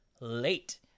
late